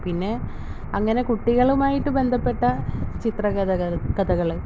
പിന്നെ അങ്ങനെ കുട്ടികളുമായിട്ട് ബന്ധപ്പെട്ട ചിത്രകഥകൾ കഥകൾ